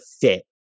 fit